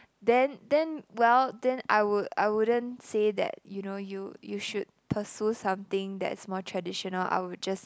then then well then I would I wouldn't say that you know you you should pursue something that's more traditional I would just